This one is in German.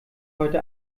heute